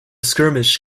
skirmish